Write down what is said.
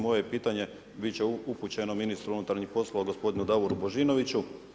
Moje je pitanje biti će upućeno ministru unutarnjih poslova, gospodinu Davoru Božinoviću.